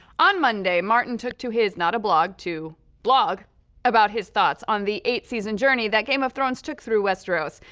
on monday, martin took to his not a blog to blog about his thoughts on the eight season journey that game of thrones took through westeros.